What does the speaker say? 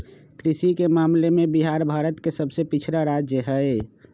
कृषि के मामले में बिहार भारत के सबसे पिछड़ा राज्य हई